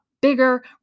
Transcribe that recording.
bigger